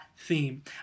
Theme